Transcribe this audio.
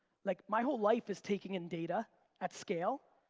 like, my whole life is taking in data at scale,